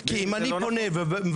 כי אם אני פונה ומבקש